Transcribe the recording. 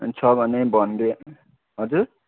छ भने भन्दे हजुर